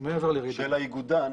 של האיגודן,